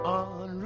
on